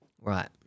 Right